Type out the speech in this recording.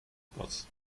boss